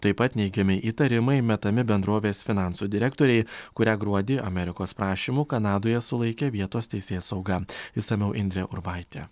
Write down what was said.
taip pat neigiami įtarimai metami bendrovės finansų direktorei kurią gruodį amerikos prašymu kanadoje sulaikė vietos teisėsauga išsamiau indrė urbaitė